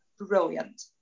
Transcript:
brilliant